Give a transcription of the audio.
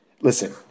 Listen